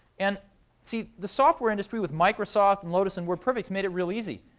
and see, the software industry, with microsoft, and lotus, and wordperfect made it real easy.